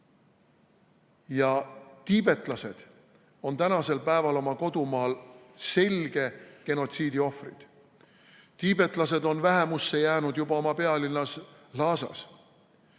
Tiibetlased on tänasel päeval oma kodumaal selge genotsiidi ohvrid. Tiibetlased on vähemusse jäänud juba oma pealinnas Lhasas.